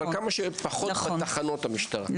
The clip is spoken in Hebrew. אבל כמה שפחות בתחנות המשטרה.